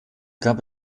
gab